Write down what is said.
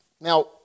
Now